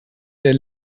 der